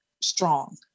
strong